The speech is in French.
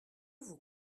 vous